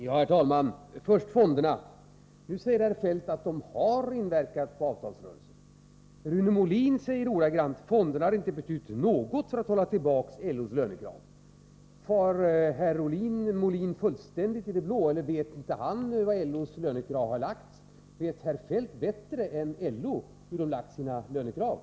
Herr talman! Först om fonderna: Nu säger herr Feldt att de har inverkat på Torsdagen den avtalsrörelsen. Rune Molin säger ordagrant: ”Fonderna har inte betytt något = 26 april 1984 för att hålla tillbaka LO:s lönekrav.” Far herr Molin fullständigt i det blå — vet haninte hur LO:s lönekrav har lagts? Vet herr Feldt bättre än LO hur LO har Vid remiss av lagt sina lönekrav?